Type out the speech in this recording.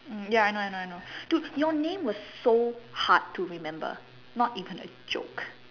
ya I know I know I know dude your name was so hard to remember not even a joke